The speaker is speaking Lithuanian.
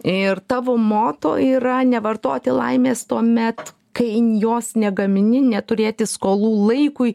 ir tavo moto yra nevartoti laimės tuomet kai jos negamini neturėti skolų laikui